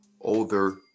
older